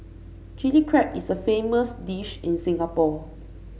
Chilli Crab is a famous dish in Singapore